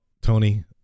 tony